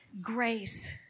grace